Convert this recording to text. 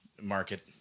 market